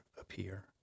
appear